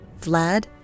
Vlad